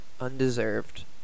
undeserved